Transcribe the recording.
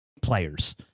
players